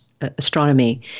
astronomy